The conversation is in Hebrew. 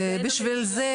בשביל זה